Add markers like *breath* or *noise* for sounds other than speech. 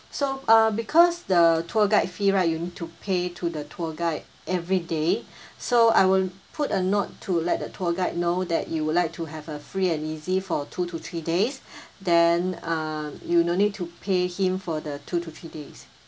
so uh because the tour guide fee right you need to pay to the tour guide every day *breath* so I will put a note to let the tour guide know that you would like to have a free and easy for two to three days *breath* then uh you no need to pay him for the two to three days